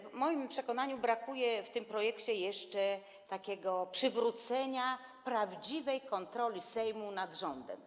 W moim przekonaniu brakuje w tym projekcie jeszcze takiego przywrócenia prawdziwej kontroli Sejmu nad rządem.